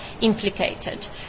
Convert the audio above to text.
implicated